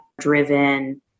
driven